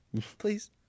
Please